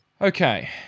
Okay